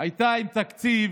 היו עם תקציב